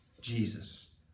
Jesus